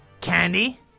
candy